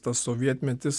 tas sovietmetis